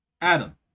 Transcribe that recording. Adam